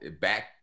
back